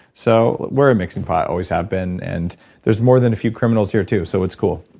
so we're a mixing pot. always have been. and there's more than a few criminals here too, so it's cool